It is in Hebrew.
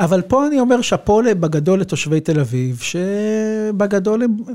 אבל פה אני אומר שאפו בגדול לתושבי תל אביב, שבגדול הם...